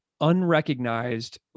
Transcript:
unrecognized